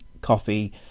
coffee